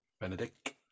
Benedict